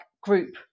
group